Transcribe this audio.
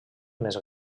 més